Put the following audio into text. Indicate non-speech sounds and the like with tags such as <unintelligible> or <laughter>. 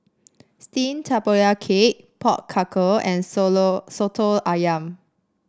steamed Tapioca Cake Pork Knuckle and <unintelligible> soto ayam